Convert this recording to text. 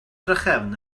drachefn